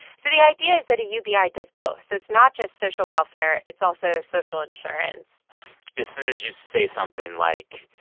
so the idea is that a ubi does both. so it's not just social welfare. it's also social insurance as soon as you say something like,